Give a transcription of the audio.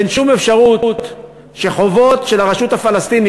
אין שום אפשרות שחובות של הרשות הפלסטינית